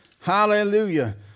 Hallelujah